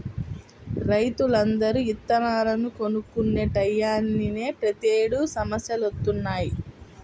రైతులందరూ ఇత్తనాలను కొనుక్కునే టైయ్యానినే ప్రతేడు సమస్యలొత్తన్నయ్